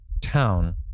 town